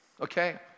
Okay